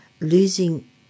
Losing